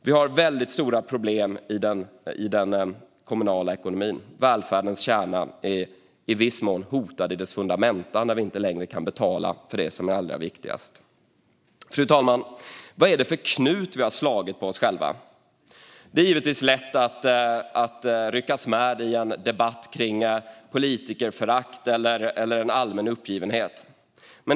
Vi har stora problem i den kommunala ekonomin. Välfärdens kärna är i viss mån hotad i sina fundamenta när vi inte längre kan betala för det som är allra viktigast. Fru talman! Vad är det för knut vi har slagit på oss själva? Det är givetvis lätt att ryckas med i en debatt kring politikerförakt eller en allmän uppgivenhet.